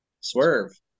swerve